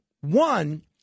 One